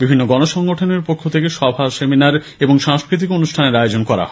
বিভিন্ন গণসংগঠনের পক্ষ থেকে সভা সেমিনার ও সাংস্কৃতিক অনুষ্ঠানের আয়োজন করা হয়